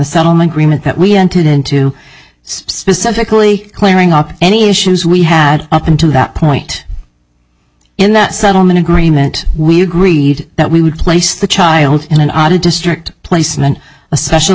settlement agreement that we entered into specifically clearing up any issues we had up until that point in that settlement agreement we agreed that we would place the child in an odd district placement a special